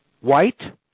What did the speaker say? white